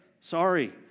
sorry